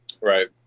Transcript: Right